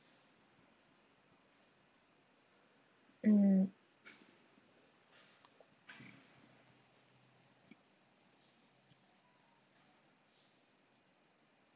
mm